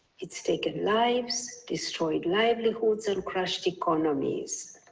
it's taken lives, destroyed livelihoods and crashed economies.